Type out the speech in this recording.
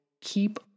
keep